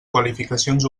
qualificacions